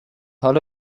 حالا